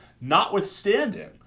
notwithstanding